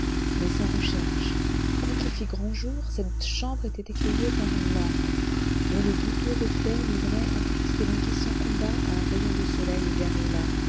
mais sans recherche quoiqu'il fît grand jour cette chambre était éclairée par une lampe dont le douteux reflet livrait un triste et languissant combat à un rayon de soleil égaré là